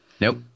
Nope